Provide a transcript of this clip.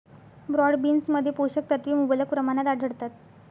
broad बीन्समध्ये पोषक तत्वे मुबलक प्रमाणात आढळतात